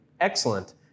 excellent